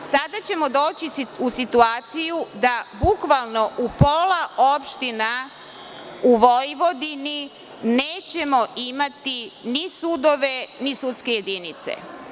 sada ćemo doći u situaciju da bukvalno u pola opština u Vojvodini nećemo imati ni sudove, ni sudske jedinice.